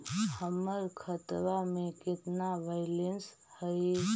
हमर खतबा में केतना बैलेंस हई?